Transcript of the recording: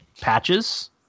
patches